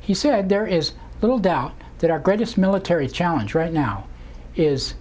he said there is little doubt that our greatest military challenge right now is